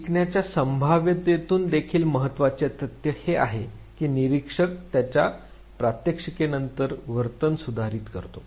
शिकण्याच्या संभाव्यतेतून देखील महत्त्वाचे तथ्य हे आहे की निरीक्षक त्याच्या प्रात्यक्षिकेनंतर वर्तन सुधारित करतो